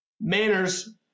Manners